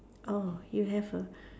orh you have a